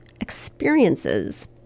experiences